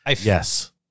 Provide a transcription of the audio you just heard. yes